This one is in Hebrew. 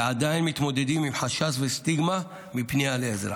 ועדיין מתמודדים עם חשש מפנייה לעזרה